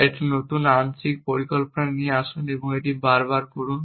একটি নতুন আংশিক পরিকল্পনা নিয়ে আসুন এবং এটি বারবার করুন